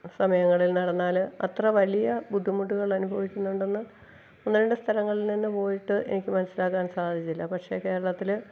സമയങ്ങളിൽ നടന്നാൽ അത്ര വലിയ ബുദ്ധിമുട്ടുകളനുഭവിക്കുന്നുണ്ടെന്ന് ഒന്ന് രണ്ടു സ്ഥലങ്ങളിൽ നിന്നു പോയിട്ട് എനിക്കു മനസ്സിലാക്കാൻ സാധിച്ചില്ല പക്ഷെ കേരളത്തിൽ